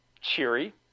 cheery